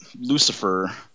lucifer